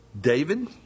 David